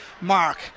Mark